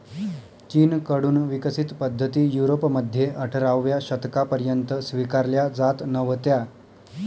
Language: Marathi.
चीन कडून विकसित पद्धती युरोपमध्ये अठराव्या शतकापर्यंत स्वीकारल्या जात नव्हत्या